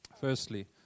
Firstly